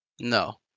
No